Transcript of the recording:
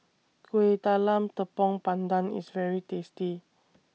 Kueh Talam Tepong Pandan IS very tasty